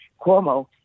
cuomo